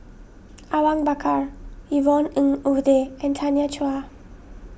Awang Bakar Yvonne Ng Uhde and Tanya Chua